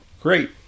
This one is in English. great